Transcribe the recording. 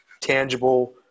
tangible